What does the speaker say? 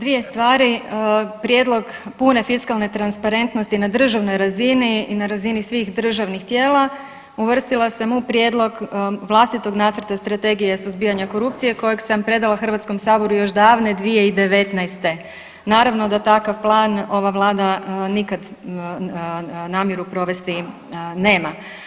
Dvije stvari, prijedlog pune fiskalne transparentnosti na državnoj razini i na razini svih državnih tijela uvrstila sam u prijedlog vlastitog nacrta strategije suzbijanja korupcije kojeg sam predala HS još davne 2019., naravno da takav plan ova vlada nikad namjeru provesti nema.